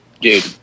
dude